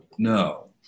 No